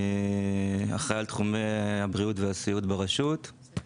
אחראי על תחומי הבריאות והסיעוד ברשות.